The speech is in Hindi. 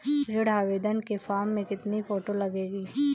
ऋण आवेदन के फॉर्म में कितनी फोटो लगेंगी?